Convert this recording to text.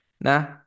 nah